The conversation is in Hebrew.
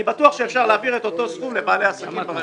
אני בטוח שאפשר להעביר את אותו סכום לבעלי העסקים.